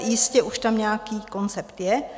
Jistě už tam nějaký koncept je.